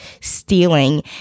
stealing